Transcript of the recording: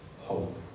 hope